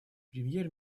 премьер